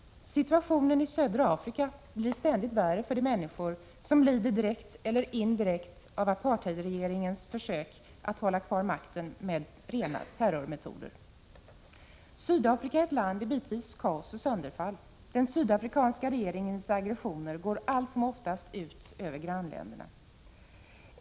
Situationen i södra Afrika blir ständigt värre för de människor som lider direkt eller indirekt av apartheidregeringens försök att hålla kvar makten med rena terrormetoder. Sydafrika är ett land i bitvis kaos och sönderfall. Den sydafrikanska regeringens aggressioner går allt som oftast ut över grannländerna.